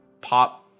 pop